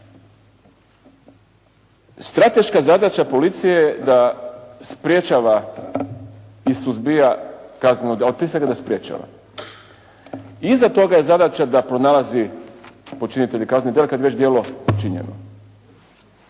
Strateška zadaća policije je da sprječava i suzbija … /Govornik se ne razumije./ … Iza toga je zadaća da pronalazi počinitelje kaznenih djela kad je već djelo počinjeno.